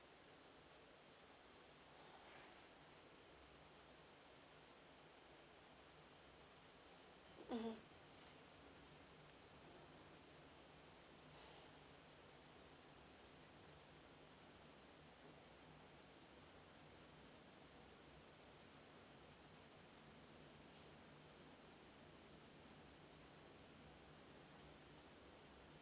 mmhmm